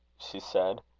she said.